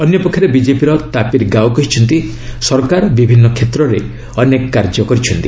ଅନ୍ୟ ପକ୍ଷରେ ବିଜେପିର ତାପିର ଗାଓ କହିଛନ୍ତି ସରକାର ବିଭିନ୍ନ କ୍ଷେତ୍ରରେ ଅନେକ କାର୍ଯ୍ୟ କରିଛନ୍ତି